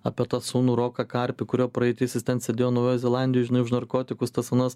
apie tą sūnų roką karpį kurio praeitis jis ten sėdėjo naujoj zelandijoj žinai už narkotikus tas anas